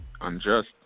unjust